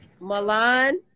Milan